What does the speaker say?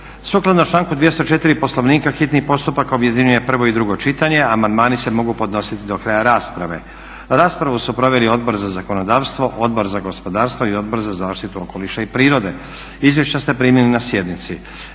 Sukladno članku 204. Poslovnika hitni postupak objedinjuje prvo i drugo čitanja, a amandmani se mogu podnositi do kraja rasprave. Raspravu su proveli Odbor za zakonodavstvo, Odbor za gospodarstvo i Odbor za zaštitu okoliša i prirode. Izvješća ste primili na sjednici.